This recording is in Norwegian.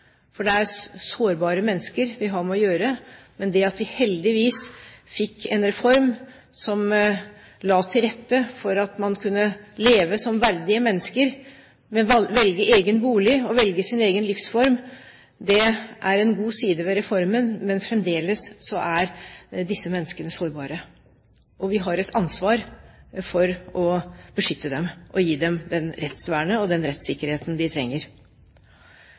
for det er sårbare mennesker vi har med å gjøre. Heldigvis fikk vi en reform som la til rette for at man kunne leve som verdige mennesker, velge egen bolig og velge sin egen livsform. Det er en god side ved reformen. Men fremdeles er disse menneskene sårbare, og vi har et ansvar for å beskytte dem og gi dem det rettsvernet og den rettssikkerheten de trenger.